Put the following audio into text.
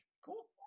Cool